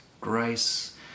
grace